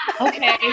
okay